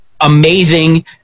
amazing